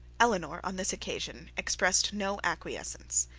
eleanor on this occasion expressed no acquiescence.